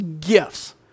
gifts